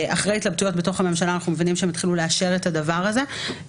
אחרי ההתלבטויות בתוך הממשלה אנחנו מבינים שהם התחילו לאשר את הדבר הזה.